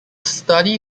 study